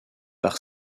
par